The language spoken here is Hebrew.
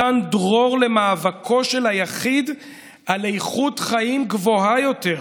מתן דרור למאבקו של היחיד על איכות חיים גבוהה יותר,